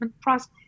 process